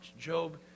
Job